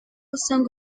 usanga